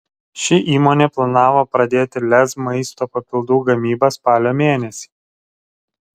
ši įmonė planavo pradėti lez maisto papildų gamybą spalio mėnesį